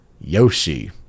Yoshi